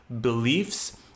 beliefs